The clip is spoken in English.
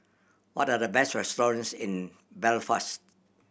what are the best restaurants in Belfast